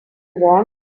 want